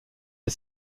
des